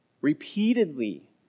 Repeatedly